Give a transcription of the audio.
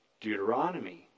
Deuteronomy